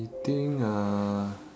I think uh